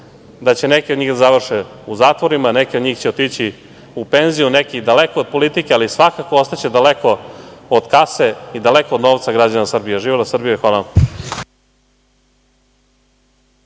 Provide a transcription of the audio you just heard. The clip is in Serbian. da će neki od njih da završe u zatvorima, neki od njih će otići u penziju, neki daleko od politike, ali svakako ostaće daleko od kase i daleko od novca građana Srbije. Živela Srbija. Hvala vam.